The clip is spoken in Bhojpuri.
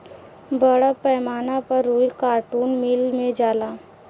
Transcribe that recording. बड़ पैमाना पर रुई कार्टुन मिल मे जाला